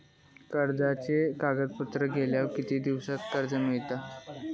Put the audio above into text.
कर्जाचे कागदपत्र केल्यावर किती दिवसात कर्ज मिळता?